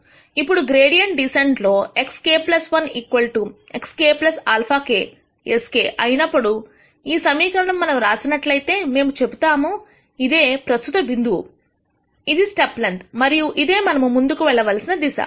ఇప్పుడు gradient descent లో xk 1 x k α k sk అయినప్పుడు ఈ సమీకరణము మనం రాసినట్లైతే మేము చెబుతాముఇదే ప్రస్తుత బిందువు ఇది స్టెప్ లెన్త్ మరియు ఇదే మనము ముందుకు వెళ్ళ వలసిన దిశ